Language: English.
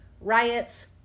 riots